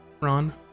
Ron